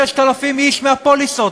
6,000 איש מהפוליסות,